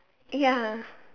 ya